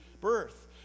birth